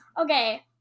Okay